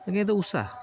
ଆଜ୍ଞା ତ ଉଷା